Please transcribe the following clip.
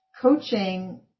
coaching